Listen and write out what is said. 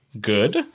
good